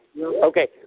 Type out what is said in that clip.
Okay